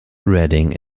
reading